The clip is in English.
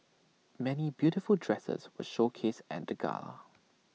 many beautiful dresses were showcased at the gala